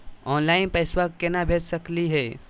Online पैसवा केना भेज सकली हे?